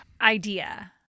idea